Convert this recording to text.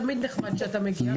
תמיד נחמד שאתה מגיע,